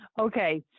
Okay